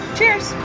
Cheers